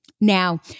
Now